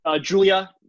Julia